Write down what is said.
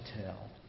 tell